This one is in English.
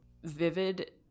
vivid